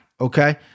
okay